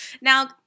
now